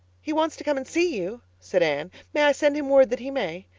he wants to come and see you, said anne. may i send him word that he may?